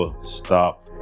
stop